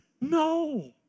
No